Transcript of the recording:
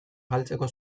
galtzeko